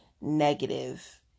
negative